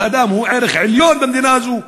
כבוד האדם הוא ערך עליון במדינה הזאת.